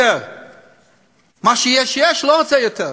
מה שיש, יש, לא רוצה יותר.